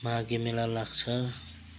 माघे मेला लाग्छ